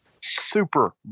super